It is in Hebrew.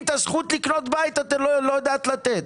את הזכות לקנות בית את לא יודעת לתת.